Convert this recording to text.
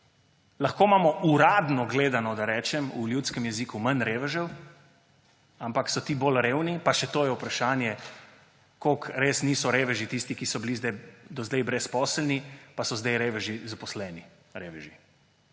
Lahko imamo uradno gledano, da rečem v ljudskem jeziku, manj revežev, ampak so ti bolj revni, pa še to je vprašanje, koliko res niso reveži tisti, ki so bili do zdaj brezposelni pa so zdaj zaposleni